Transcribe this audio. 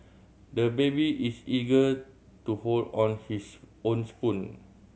the baby is eager to hold on his own spoon